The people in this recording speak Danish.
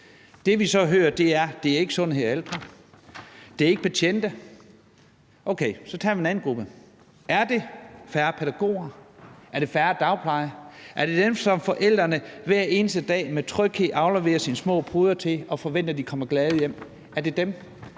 Det, vi så hører, er, at det ikke er sundhed og ældre, og at det ikke er betjente. Okay, så tager vi en anden gruppe: Er det færre pædagoger; er det færre dagplejere? Er det dem, som forældrene hver eneste dag med tryghed afleverer deres små poder til, og hvor de forventer, at de kommer glade hjem? Er det dem,